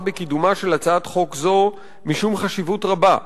בקידומה של הצעת חוק זו משום חשיבות רבה,